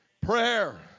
Prayer